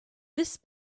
this